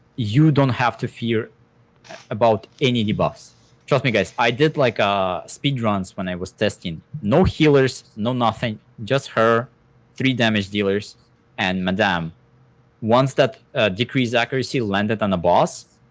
you don't have to fear any debuffs trust me, guys, i did like ah speed runs when i was testing no healers no nothing just her three damage dealers and madame once that decreased accuracy landed on the boss,